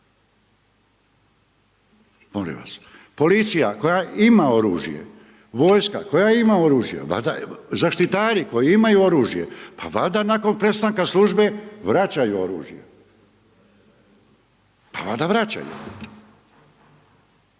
policija koje ima oružje, vojska koja ima oružje, valjda, zaštitari koji imaju oružje, pa valjda nakon prestanka službe vračaju oružje? Valjda vračaju?